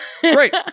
Great